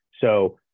So-